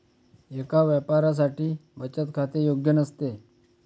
एका व्यापाऱ्यासाठी बचत खाते योग्य नसते